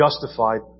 Justified